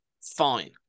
Fine